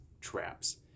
traps